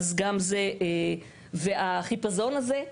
והחיפזון הזה,